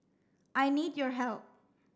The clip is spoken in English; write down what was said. I need your help